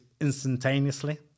instantaneously